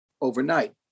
overnight